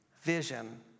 Vision